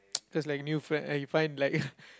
cause like new friend and you find like